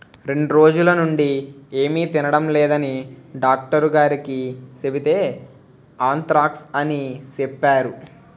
రెండ్రోజులనుండీ ఏమి తినడం లేదని డాక్టరుగారికి సెబితే ఆంత్రాక్స్ అని సెప్పేరు